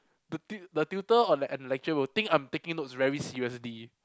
the tu~ the tutor or and the lecturer will think that I'm taking notes very seriously